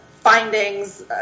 findings